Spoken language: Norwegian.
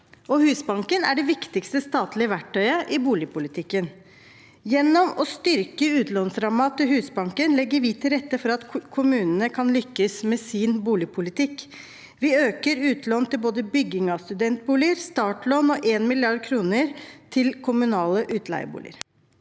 Husbanken er det viktigste statlige verktøyet i boligpolitikken. Gjennom å styrke utlånsrammen til Husbanken legger vi til rette for at kommunene kan lykkes med sin boligpolitikk. Vi øker utlån til både bygging av studentboliger, startlån og 1 mrd. kr til kommunale utleieboliger.